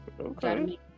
Okay